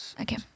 Okay